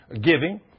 giving